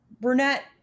Burnett